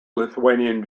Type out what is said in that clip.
lithuanian